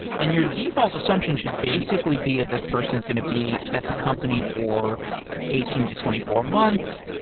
and your default assumption should basically be that this person is going to be at the company for eighteen to twenty four months,